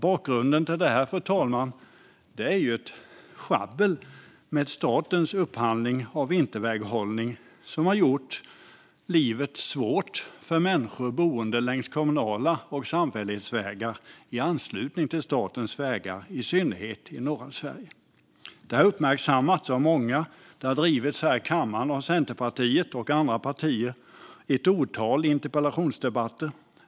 Bakgrunden till detta, fru talman, är ett sjabbel med statens upphandling av vinterväghållning som har gjort livet svårt för människor som bor längs kommunala vägar och samfällighetsvägar i anslutning till statens vägar, i synnerhet i norra Sverige. Detta har uppmärksammats av många, och det har drivits här i kammaren av Centerpartiet och andra partier i ett otal interpellationsdebatter.